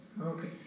Okay